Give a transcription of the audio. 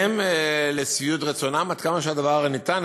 יתקדם לשביעות רצונם, עד כמה שהדבר ניתן.